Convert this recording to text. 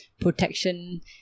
protection